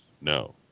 No